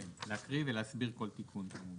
כן, להקריא ולהסביר כל תיקון כמובן.